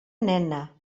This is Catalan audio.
nena